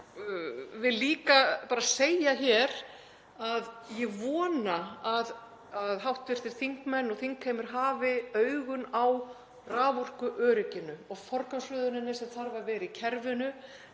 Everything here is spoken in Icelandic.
Ég vil líka segja hér að ég vona að hv. þingmenn og þingheimur hafi augun á raforkuörygginu og forgangsröðuninni sem þarf að vera í kerfinu